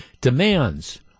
demands